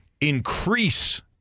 increase